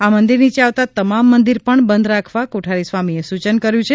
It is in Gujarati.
આ મંદિર નીચે આવતાં તમામ મંદિર પણ બંધ રાખવા કોઠારી સ્વામીએ સૂચન કર્યું છે